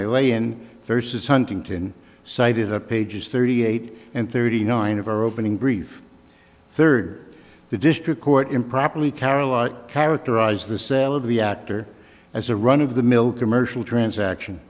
i lay in vs huntington cited the pages thirty eight and thirty nine of our opening brief third the district court improperly caroline characterized the sale of the actor as a run of the mill commercial transaction